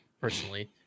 personally